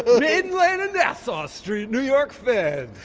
but lane and nassau street, new york fed,